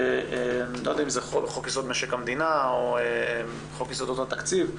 לא יודע אם זה חוק יסוד משק המדינה או חוק יסודות התקציב,